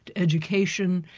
education,